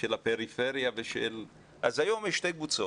של הפריפריה ועוד קבוצה, אז היום יש שתי קבוצות.